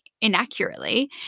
inaccurately